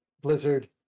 Blizzard